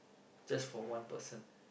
just for one person